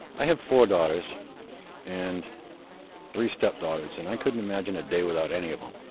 i have four daughters and three step daughters and i couldn't imagine a day without any of them.